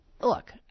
look